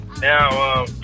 now